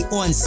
on